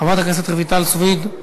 חבר הכנסת מנואל טרכטנברג,